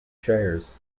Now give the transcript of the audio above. shares